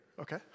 Okay